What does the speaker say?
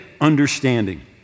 understanding